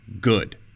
good